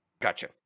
Gotcha